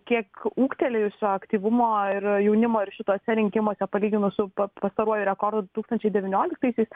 kiek ūgtelėjusio aktyvumo ir jaunimo ir šituose rinkimuose palyginus su pastaruoju rekordu du tūkstančiai devynioliktaisiais